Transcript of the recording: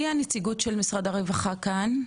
נציגת משרד הרווחה, בבקשה.